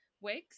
wigs